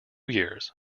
years